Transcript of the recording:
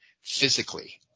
physically